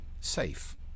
safe